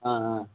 ஆ ஆ